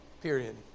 Period